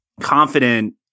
confident